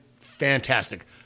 fantastic